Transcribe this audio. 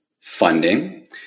funding